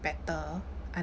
better